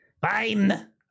Fine